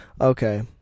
Okay